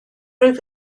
wyf